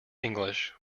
english